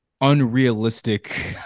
unrealistic